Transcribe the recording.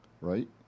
right